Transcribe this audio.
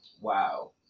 wow